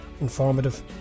informative